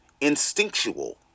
instinctual